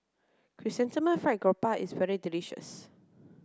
Chrysanthemum Fried Garoupa is very delicious